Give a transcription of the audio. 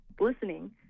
listening